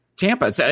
tampa